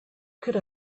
could